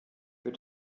für